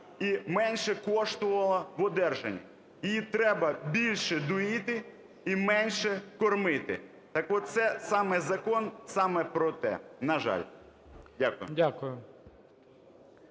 і менше коштувала в удержуванні? Її треба більше доїти і менше кормити. Так оце саме закон саме про те. На жаль. Дякую.